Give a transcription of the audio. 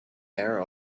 air